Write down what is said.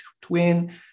twin